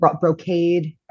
brocade